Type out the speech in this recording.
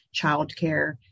childcare